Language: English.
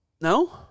no